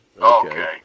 Okay